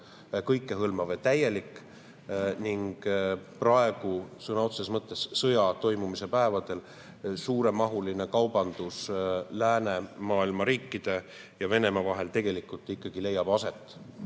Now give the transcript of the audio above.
kõikehõlmav ja täielik. Praegu, sõna otseses mõttes sõja toimumise päevadel leiab suuremahuline kaubandus läänemaailma riikide ja Venemaa vahel tegelikult ikkagi aset.